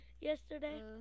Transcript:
yesterday